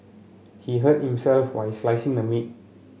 he hurt himself while slicing the meat